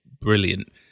brilliant